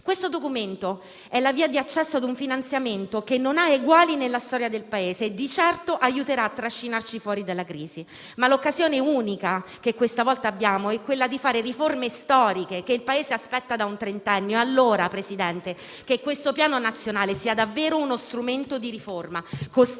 Questo documento è la via di accesso ad un finanziamento che non ha eguali nella storia del Paese e di certo aiuterà a trascinarci fuori dalla crisi, ma l'occasione unica che questa volta abbiamo è quella di fare riforme storiche, che il Paese aspetta da un trentennio. Allora, signor Presidente, che questo Piano nazionale sia davvero uno strumento di riforma, costellato